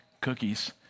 cookies